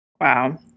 Wow